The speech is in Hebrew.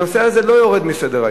הנושא הזה לא יורד מסדר-היום.